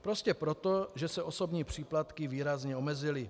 Prostě proto, že se osobní příplatky výrazně omezily.